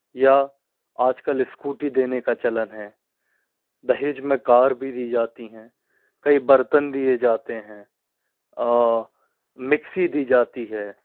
या आजकल स्कूटी देने का चलन है दहेज में कार भी दी जाती हैं कई बर्तन दिए जाते हैं मिक्सी दी जाती है